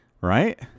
Right